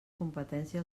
competència